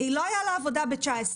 לא היה לה עבודה בשנת